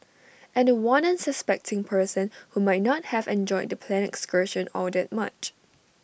and The One unsuspecting person who might not have enjoyed the planned excursion all that much